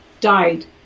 died